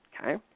okay